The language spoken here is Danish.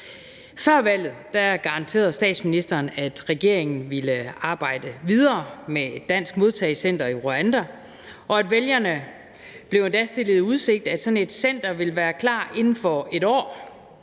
Før valget garanterede statsministeren, at regeringen ville arbejde videre med et dansk modtagecenter i Rwanda, og vælgerne blev endda stillet i udsigt, at sådan et center ville være klar inden for et år.